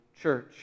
church